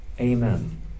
Amen